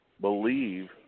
believe